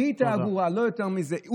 לא יותר מזה.